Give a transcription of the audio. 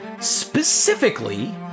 Specifically